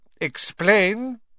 Explain